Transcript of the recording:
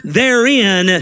therein